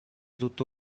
tutto